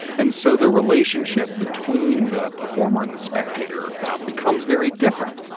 and so the relationship between the performer and the spectator becomes very different.